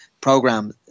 program